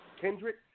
Kendrick